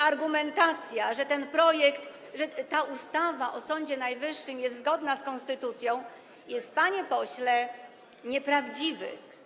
Argumentacja, że ten projekt, że ta ustawa o Sądzie Najwyższym jest zgodna z konstytucją, panie pośle, jest nieprawdziwa.